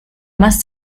más